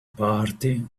party